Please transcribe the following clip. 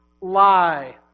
lie